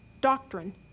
doctrine